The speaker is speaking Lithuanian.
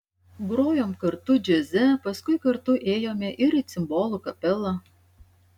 grojom kartu džiaze paskui kartu ėjome ir į cimbolų kapelą